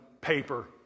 paper